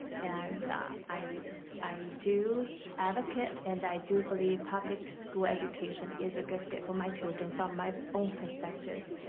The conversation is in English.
and i i do advocate and i do believe public school education is a good fit for my children from my own perspective.